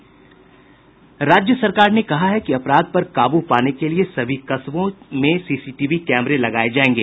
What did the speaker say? राज्य सरकार ने कहा है कि अपराध पर काबू पाने के लिए सभी कस्बों में सीसीटीवी कैमरे लगाये जायेंगे